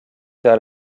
vers